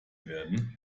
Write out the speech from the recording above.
werden